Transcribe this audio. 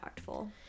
impactful